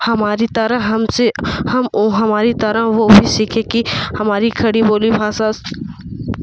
हमारी तरह हमसे हम ओ हमारी तरह की हमारी खड़ी बोली भाषा